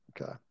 Okay